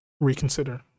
reconsider